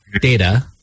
data